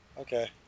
Okay